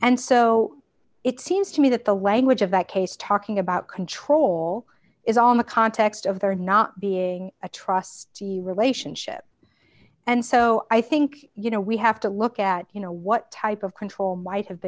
and so it seems to me that the language of that case talking about control is all in the context of there not being a trustee relationship and so i think you know we have to look at you know what type of control might have